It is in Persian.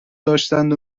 داشتند